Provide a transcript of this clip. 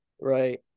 Right